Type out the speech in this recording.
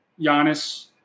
Giannis